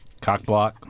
Cockblock